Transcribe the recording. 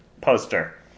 poster